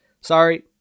Sorry